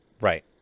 Right